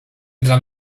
dla